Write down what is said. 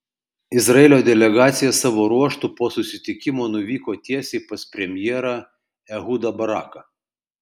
izraelio delegacija savo ruožtu po susitikimo nuvyko tiesiai pas premjerą ehudą baraką